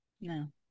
No